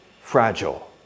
fragile